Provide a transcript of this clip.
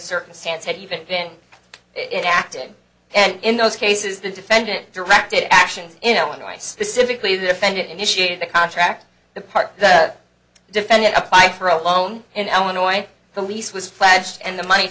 circumstance had even been inactive and in those cases the defendant directed actions in illinois specifically the defendant initiated the contract the part of the defendant apply for a loan and went away the lease was pledged and the money